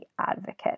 advocate